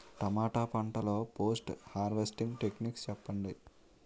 టమాటా పంట లొ post harvesting techniques చెప్పండి?